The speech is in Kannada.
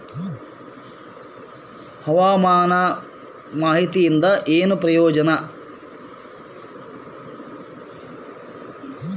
ಹವಾಮಾನ ಮಾಹಿತಿಯಿಂದ ಏನು ಪ್ರಯೋಜನ?